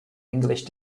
english